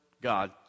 God